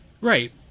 right